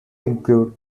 include